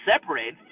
separate